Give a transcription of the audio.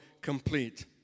complete